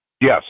Yes